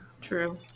true